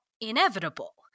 inevitable